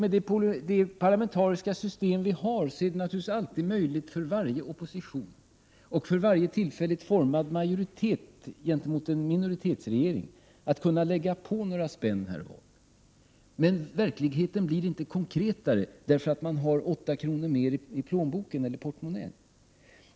Med det parlamentariska system vi har är det naturligtvis alltid möjligt för varje opposition, och för varje tillfälligt formad majoritet gentemot en minoritetsregering, att lägga på några ”spänn” här och var, men verkligheten blir inte konkretare därför att man har 8 kr. mer i portmonnän.